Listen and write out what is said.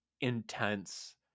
intense